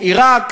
עיראק,